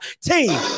team